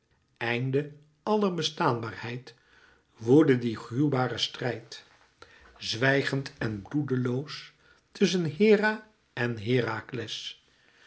einde aller bestaanbaarheid woedde die gruwbare strijd zwijgend en bloedloos tusschen hera en herakles